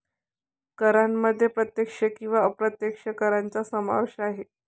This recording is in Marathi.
करांमध्ये प्रत्यक्ष किंवा अप्रत्यक्ष करांचा समावेश आहे